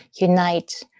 unite